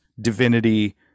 divinity